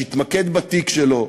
שיתמקד בתיק שלו,